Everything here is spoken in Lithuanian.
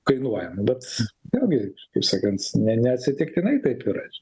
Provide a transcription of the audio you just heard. kainuoja nu bet vėlgi taip sakant ne neatsitiktinai taip yra